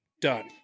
done